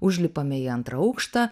užlipame į antrą aukštą